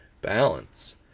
balance